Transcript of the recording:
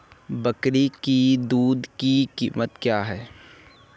बकरी की दूध की कीमत क्या है?